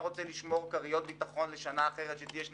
רוצה לייצר כריות ביטחון לשנה פחות קלה.